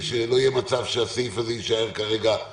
כמו שהסביר היושב-ראש והסבירה היועצת המשפטית של הוועדה,